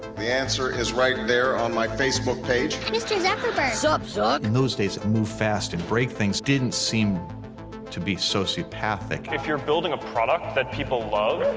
the answer is right there on my facebook page. mr. zuckerberg. sup, zuck? in those days, move fast and break things didn't seem to be sociopathic. if you're building a product that people love,